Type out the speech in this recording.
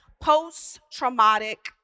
Post-traumatic